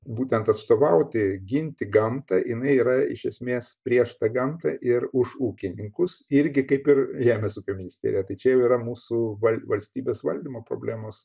būtent atstovauti ginti gamtą jinai yra iš esmės prieš tą gamtą ir už ūkininkus irgi kaip ir jamės ūkio ministerija tai čia jau yra mūsų val valstybės valdymo problemos